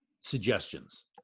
suggestions